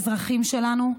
של האזרחים שלנו,